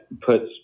puts